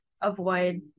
avoid